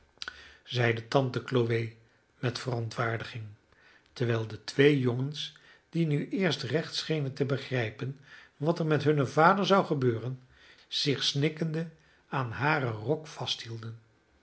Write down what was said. zeide tante chloe met verontwaardiging terwijl de twee jongens die nu eerst recht schenen te begrijpen wat er met hunnen vader zou gebeuren zich snikkende aan haren rok vasthielden